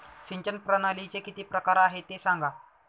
सिंचन प्रणालीचे किती प्रकार आहे ते सांगा